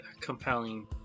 compelling